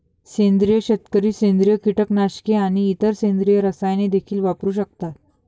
सेंद्रिय शेतकरी सेंद्रिय कीटकनाशके आणि इतर सेंद्रिय रसायने देखील वापरू शकतात